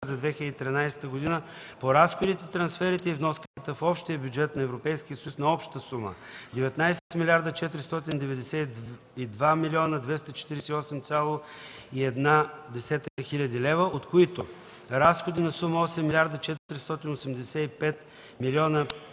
за 2013 г. по разходите, трансферите и вноската в общия бюджет на Европейския съюз на обща сума 19 млрд. 492 млн. 248,1 хил. лв., от които разходи на сума 8 млрд. 485 млн.